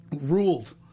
ruled